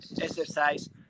exercise